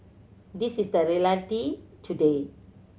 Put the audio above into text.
this is the reality today